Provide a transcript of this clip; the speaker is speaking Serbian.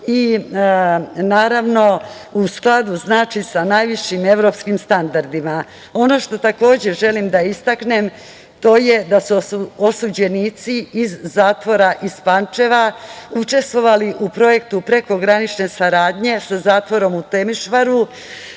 i naravno u skladu sa najvišim evropskim standardima. Ono što takođe želim da istaknem, to je da su osuđenici iz zatvora iz Pančeva učestvovali u projektu prekogranične saradnje sa zatvorom u Temišvaru.